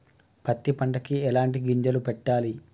పత్తి పంటకి ఎలాంటి గింజలు పెట్టాలి?